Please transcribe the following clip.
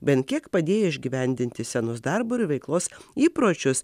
bent kiek padėjo išgyvendinti senus darbo ir veiklos įpročius